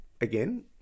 again